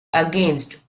against